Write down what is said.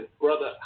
brother